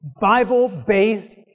Bible-based